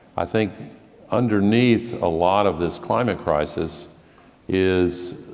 i think underneath a lot of this climate crisis is